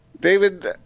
David